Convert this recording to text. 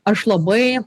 aš labai